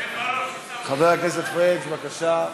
חבר הכנסת פריג', בבקשה.